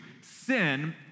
sin